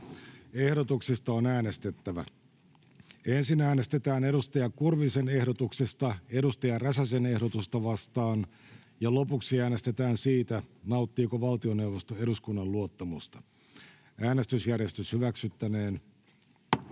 Ehdotuksista on äänestettävä. Ensin äänestetään edustaja Kurvisen ehdotuksesta edustaja Räsäsen ehdotusta vastaan. Lopuksi äänestetään siitä, nauttiiko valtioneuvosto eduskunnan luottamusta. Toiseen käsittelyyn